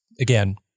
again